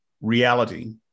reality